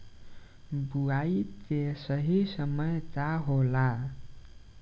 बुआई के सही समय का होला?